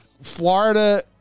Florida